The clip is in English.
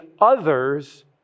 others